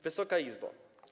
Wysoka Izbo!